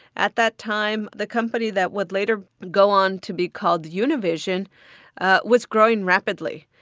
at that time, the company that would later go on to be called univision was growing rapidly.